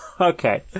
okay